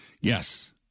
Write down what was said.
Yes